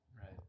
Right